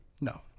no